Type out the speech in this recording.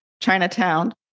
Chinatown